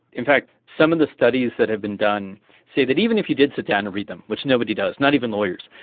in fact some of the studies that have been done say that even if you did sit down and read them, which nobody does, not even lawyers,